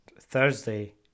Thursday